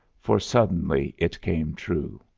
for suddenly it came true.